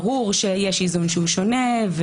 ברור שיש איזון שונה.